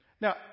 Now